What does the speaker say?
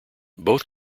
both